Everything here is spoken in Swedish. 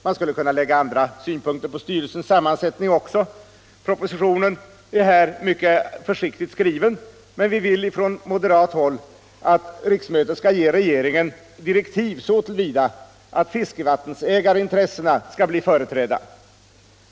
Man skulle kunna lägga andra synpunkter på styrelsens sammansättning också. Propositionen är här mycket försiktigt skriven. Men vi vill från moderat håll att riksdagen skall ge regeringen direktiv så till vida att fiskevattenägarintressena blir företrädda.